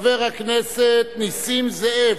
חבר הכנסת נסים זאב,